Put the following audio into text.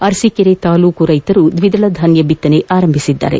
ಅರಸೀಕೆರೆ ತಾಲ್ಡೂಕಿನ ರೈತರು ದ್ನಿದಳ ಧಾನ್ಯ ಬಿತ್ತನೆ ಆರಂಭಿಸಿದ್ದಾರೆ